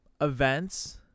events